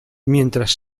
mientras